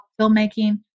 filmmaking